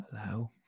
Hello